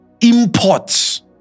imports